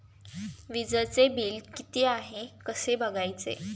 वीजचे बिल किती आहे कसे बघायचे?